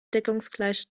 deckungsgleiche